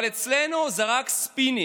אבל אצלנו זה רק ספינים: